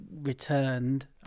returned